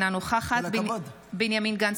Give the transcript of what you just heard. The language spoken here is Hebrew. אינה נוכחת בנימין גנץ,